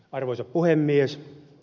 arvoisa puhemies